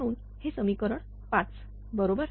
म्हणून हे समीकरण 5 बरोबर